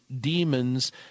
demons